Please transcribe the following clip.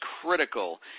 critical